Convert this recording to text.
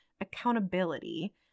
accountability